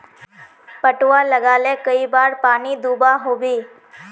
पटवा लगाले कई बार पानी दुबा होबे?